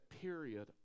period